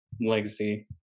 legacy